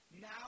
now